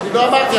לא אמרתי,